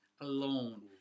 alone